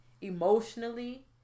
emotionally